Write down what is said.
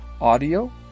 audio